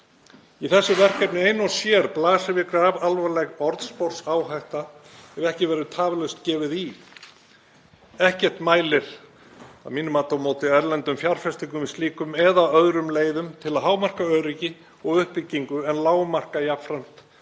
Í þessu verkefni einu og sér blasir við grafalvarleg orðsporsáhætta ef ekki verður tafarlaust gefið í. Ekkert mælir að mínu mati á móti erlendum fjárfestingum með slíkum eða öðrum leiðum til að hámarka öryggi og uppbyggingu en lágmarka jafnframt